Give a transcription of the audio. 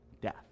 death